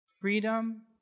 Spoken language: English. freedom